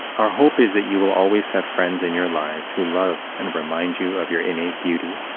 our hope is that you will always have friends in your lives who love and remind you of your innate beauty,